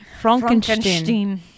frankenstein